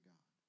God